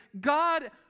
God